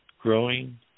growing